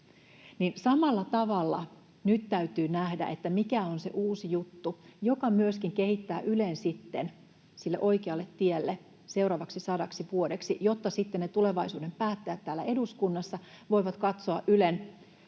samalla tavalla nyt täytyy nähdä, mikä on se uusi juttu, joka myöskin kehittää Ylen sille oikealle tielle seuraavaksi sadaksi vuodeksi, jotta sitten ne tulevaisuuden päättäjät täällä eduskunnassa voivat katsoa Ylen